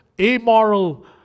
amoral